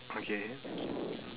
okay